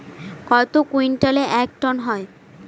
কত কুইন্টালে এক টন হয়?